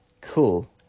Cool